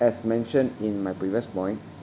as mentioned in my previous point